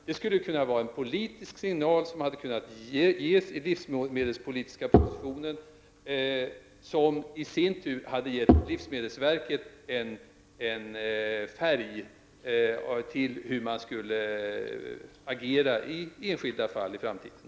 Det skulle ha blivit en politisk signal i den livsmedelspolitiska propositionen, som i sin tur hade givit livsmedelsverket en anvisning om hur det skulle agera i enskilda fall i framtiden.